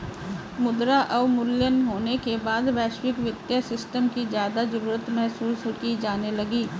मुद्रा अवमूल्यन होने के बाद वैश्विक वित्तीय सिस्टम की ज्यादा जरूरत महसूस की जाने लगी